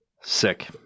Sick